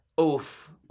Oof